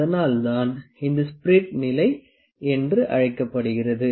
அதனால் தான் இது ஸ்பிரிட் நிலை என்று அழைக்கப்படுகிறது